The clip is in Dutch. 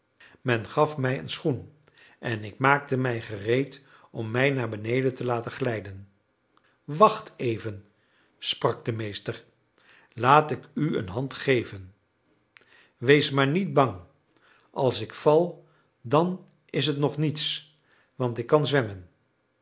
men gaf mij een schoen en ik maakte mij gereed om mij naar beneden te laten glijden wacht even sprak de meester laat ik u een hand geven wees maar niet bang als ik val dan is het nog niets want ik kan zwemmen